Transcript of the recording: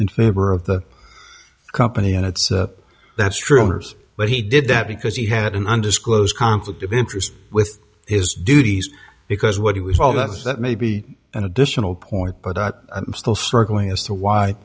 in favor of the company and it's that's true but he did that because he had an undisclosed conflict of interest with his duties because what he was told us that may be an additional point but i'm still struggling as to why